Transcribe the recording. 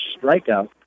Strikeout